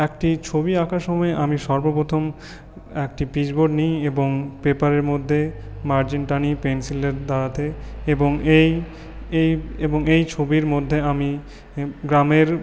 একটি ছবি আঁকার সময় আমি সর্বপ্রথম একটি পিচবোর্ড নিই এবং পেপারের মধ্যে মার্জিন টানি পেনসিলের দ্বারাতে এবং এই এই এবং এই ছবির মধ্যে আমি গ্রামের